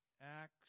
Acts